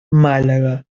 málaga